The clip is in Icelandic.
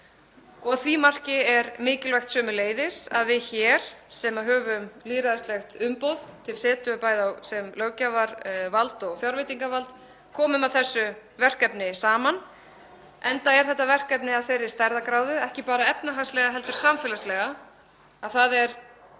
Að því marki er mikilvægt sömuleiðis að við hér sem höfum lýðræðislegt umboð til setu bæði sem löggjafarvald og fjárveitingavald komum að þessu verkefni saman, enda er þetta verkefni af þeirri stærðargráðu, ekki bara efnahagslega heldur samfélagslega, að það er